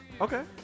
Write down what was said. okay